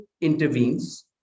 intervenes